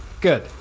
good